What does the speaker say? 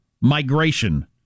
migration